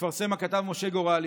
מפרסם הכתב משה גורלי: